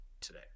today